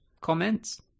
Comments